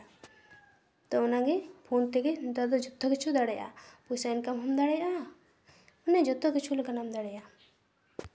ᱛᱚ ᱚᱱᱟᱜᱮ ᱯᱷᱳᱱ ᱛᱮᱜᱮ ᱱᱮᱛᱟᱨ ᱫᱚ ᱡᱚᱛᱚ ᱠᱤᱪᱷᱩ ᱫᱟᱲᱮᱭᱟᱜᱼᱟᱢ ᱯᱚᱭᱥᱟ ᱤᱱᱠᱟᱢ ᱦᱚᱸᱢ ᱫᱟᱲᱮᱭᱟᱜᱼᱟ ᱢᱟᱱᱮ ᱡᱚᱛᱚ ᱠᱤᱪᱷᱩ ᱞᱮᱠᱟᱱᱟᱜᱼᱮᱢ ᱫᱟᱲᱮᱭᱟᱜᱼᱟ